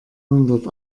hundert